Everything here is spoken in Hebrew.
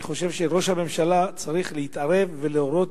אני חושב שראש הממשלה צריך להתערב ולהורות